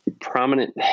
prominent